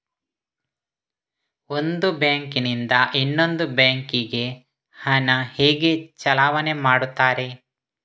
ಒಂದು ಬ್ಯಾಂಕ್ ನಿಂದ ಇನ್ನೊಂದು ಬ್ಯಾಂಕ್ ಗೆ ಹಣ ಹೇಗೆ ಚಲಾವಣೆ ಮಾಡುತ್ತಾರೆ?